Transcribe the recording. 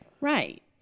Right